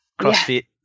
CrossFit